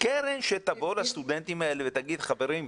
קרן שתבוא לסטודנטים האלה ותגיד, חברים,